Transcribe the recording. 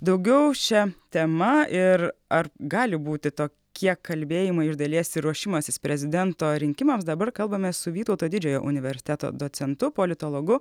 daugiau šia tema ir ar gali būti tokie kalbėjimai iš dalies ir ruošimasis prezidento rinkimams dabar kalbamės su vytauto didžiojo universiteto docentu politologu